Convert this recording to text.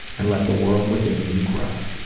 and let the world within you grow.